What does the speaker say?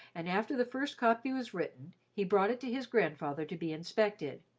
and after the first copy was written, he brought it to his grandfather to be inspected.